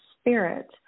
spirit